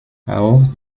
auch